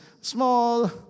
small